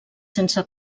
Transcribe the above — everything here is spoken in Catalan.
sense